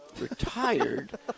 retired